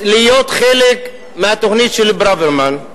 להיות חלק מהתוכנית של ברוורמן.